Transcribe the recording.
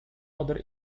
other